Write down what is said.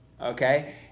okay